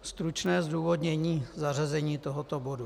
Stručné zdůvodnění zařazení tohoto bodu.